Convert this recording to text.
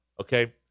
okay